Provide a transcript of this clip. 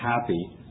happy